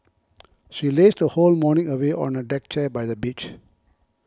she lazed her whole morning away on a deck chair by the beach